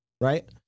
right